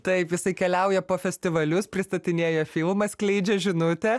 taip jisai keliauja po festivalius pristatinėja filmą skleidžia žinutę